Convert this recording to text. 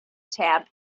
tab